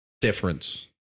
difference